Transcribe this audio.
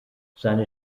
seine